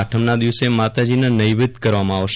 આઠમના દિવસે માતાજીના નૈવેધ કરવામાં આવશે